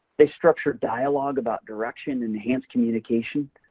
they structure dialogue about direction and enhance communication.